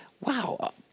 wow